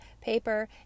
paper